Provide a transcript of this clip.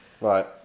Right